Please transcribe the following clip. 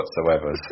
whatsoever